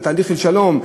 על תהליך של שלום.